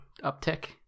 uptick